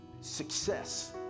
success